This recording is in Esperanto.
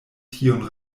tiun